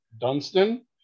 Dunstan